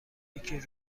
یکی